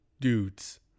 dudes